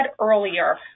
earlier